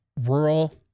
Rural